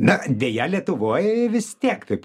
na deja lietuvoj vis tiek taip